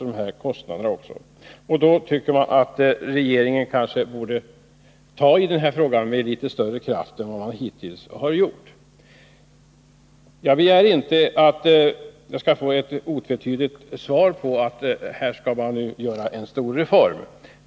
Därför tycker jag att regeringen borde kunna ta i den här frågan med litet större kraft än vad den hittills har gjort. Jag begär inte att jag skall få ett otvetydigt svar, som går ut på att man skall göra en stor reform.